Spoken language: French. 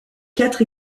quatre